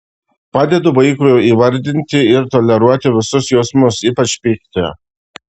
padedu vaikui įvardinti ir toleruoti visus jausmus ypač pyktį